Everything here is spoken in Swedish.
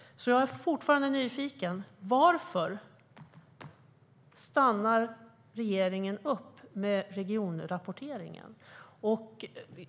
Jag är därför fortfarande nyfiken. Varför stannar regeringen upp med regionrapporteringen?